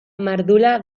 mardula